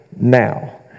now